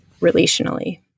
relationally